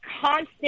constant